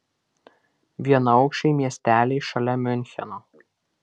vienaaukščiai miesteliai šalia miuncheno